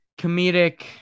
Comedic